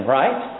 right